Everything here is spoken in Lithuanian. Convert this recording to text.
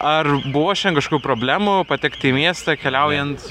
ar buvo šiandien kažkokių problemų patekti į miestą keliaujant